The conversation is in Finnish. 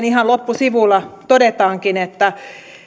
ihan loppusivulla todetaankin että